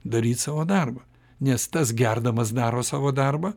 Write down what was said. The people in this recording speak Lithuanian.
daryt savo darbą nes tas gerdamas daro savo darbą